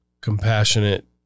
compassionate